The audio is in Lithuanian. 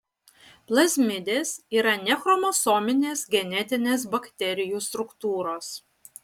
plazmidės yra nechromosominės genetinės bakterijų struktūros